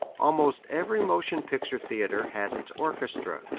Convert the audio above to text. almost every motion picture theatre has its orchestra,